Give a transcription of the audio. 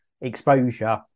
exposure